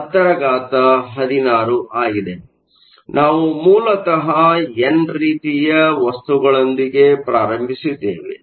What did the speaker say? ಆದ್ದರಿಂದ ನಾವು ಮೂಲತಃ ಎನ್ ರೀತಿಯ ವಸ್ತುಗಳೊಂದಿಗೆ ಪ್ರಾರಂಭಿಸಿದ್ದೇವೆ